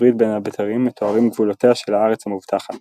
בברית בין הבתרים מתוארים גבולותיה של הארץ המובטחת